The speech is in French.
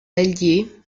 alliés